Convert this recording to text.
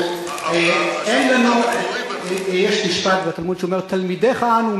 יש משפט בתלמוד שאומר: תלמידיך אנו,